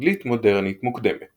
אנגלית מודרנית מוקדמת